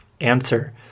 Answer